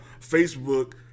Facebook